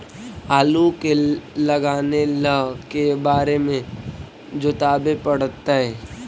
आलू के लगाने ल के बारे जोताबे पड़तै?